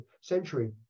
century